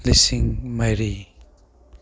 ꯂꯤꯁꯤꯡ ꯃꯔꯤ